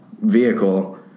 vehicle